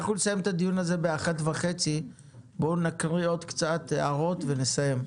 אנחנו נסיים את הדיון הזה בשעה 13:30. בואו נקריא עוד קצת הערות ונסיים.